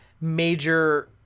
major